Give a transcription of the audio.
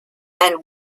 and